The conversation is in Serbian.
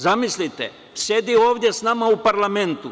Zamislite, sedi ovde sa nama u parlamentu.